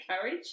courage